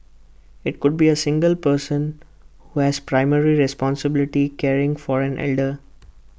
IT could be A single person who has primary responsibility caring for an elder